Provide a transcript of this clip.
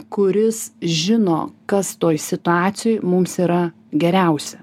kuris žino kas toj situacijoj mums yra geriausia